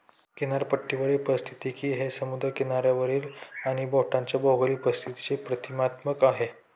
किनारपट्टीवरील पारिस्थितिकी हे समुद्र किनाऱ्यावरील आणि बेटांच्या भौगोलिक परिस्थितीचे प्रतीकात्मक आहे